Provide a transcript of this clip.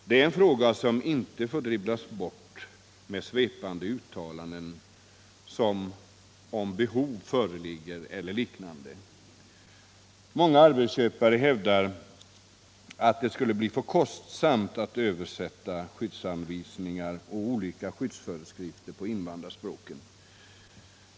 Det är en fråga som inte får dribblas bort med svepande uttalanden som ”om behov föreligger” eller liknande. Många arbetsköpare hävdar att det skulle bli för kostsamt att översätta skyddsanvisningar och lokala skyddsföreskrifter till invandrarspråken.